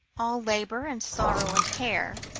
all labour, and sorrow, and care.